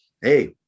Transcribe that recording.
hey